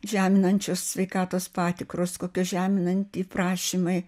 žeminančios sveikatos patikros kokie žeminanti prašymai